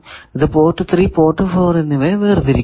ഇത് port 3 port 4 എന്നിവയെ വേർതിരിക്കുന്നു